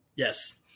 Yes